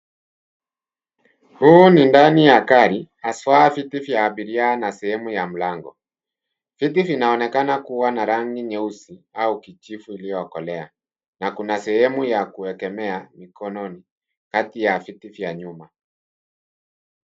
Huu ni ndani ya gari haswa viti vya abiria na sehemu ya mlango. Viti vinaonekana kuwa na rangi nyeusi au kijivu iliyokolea na kuna sehemu ya kuegemea mikononi kati ya viti vya nyuma.